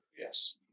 Yes